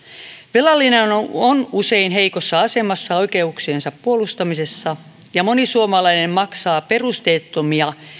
velallinen on on usein heikossa asemassa oikeuksiensa puolustamisessa ja moni suomalainen maksaa perusteettomia